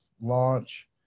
launch